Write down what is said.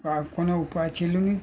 আর কোনো উপায় ছিল না